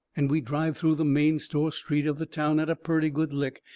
and we'd drive through the main store street of the town at a purty good lick,